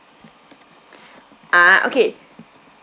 ah okay